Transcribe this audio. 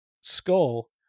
skull